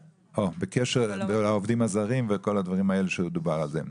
בקשר לעובדים הזרים וכל הדברים שדובר עליהם.